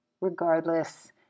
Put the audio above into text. Regardless